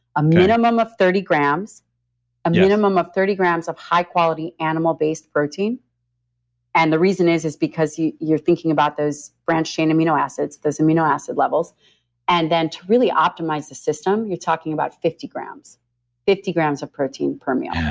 a minimum of thirty grams and yeah of thirty grams of high quality animal-based protein and the reason is is because you're thinking about those branched-chain amino acids, those amino acid levels and then to really optimize the system, you're talking about fifty grams fifty grams of protein per meal